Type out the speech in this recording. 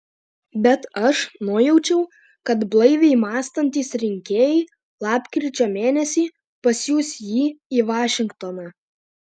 bet aš nujaučiu kad blaiviai mąstantys rinkėjai lapkričio mėnesį pasiųs jį į vašingtoną